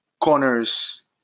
corners